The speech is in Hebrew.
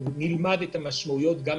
ונלמד את המשמעויות.